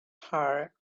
her